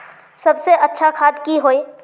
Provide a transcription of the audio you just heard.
सबसे अच्छा खाद की होय?